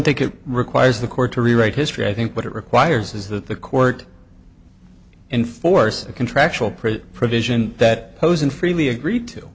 think it requires the court to rewrite history i think what it requires is that the court enforce a contractual pretty provision that goes in freely agreed to